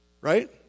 Right